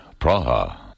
Praha